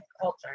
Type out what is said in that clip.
culture